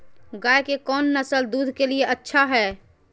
गाय के कौन नसल दूध के लिए अच्छा है?